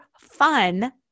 fun